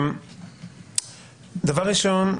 ראשית,